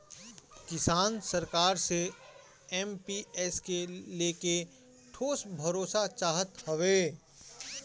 किसान सरकार से एम.पी.एस के लेके ठोस भरोसा चाहत हवे